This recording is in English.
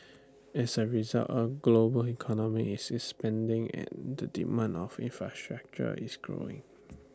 as A result A global economy is expanding and the demand for infrastructure is growing